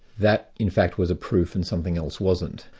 that in fact was a proof and something else wasn't.